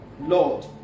Lord